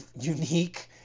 unique